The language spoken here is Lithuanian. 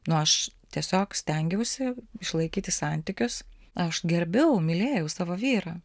nu aš tiesiog stengiausi išlaikyti santykius aš gerbiau mylėjau savo vyrą